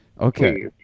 Okay